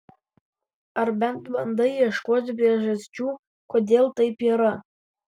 ar bent bandai ieškoti priežasčių kodėl taip yra